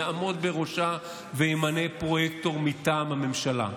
יעמוד בראשה וימנה פרויקטור מטעם הממשלה.